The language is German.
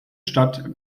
stadt